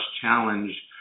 Challenge